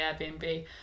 Airbnb